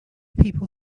people